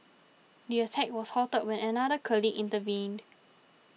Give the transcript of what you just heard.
the attack was halted when another colleague intervened